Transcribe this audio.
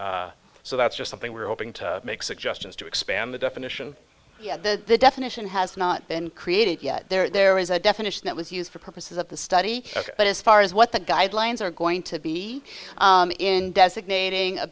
so that's just something we're hoping to make suggestions to expand the definition of the definition has not been created yet there is a definition that was used for purposes of the study but as far as what the guidelines are going to be in designating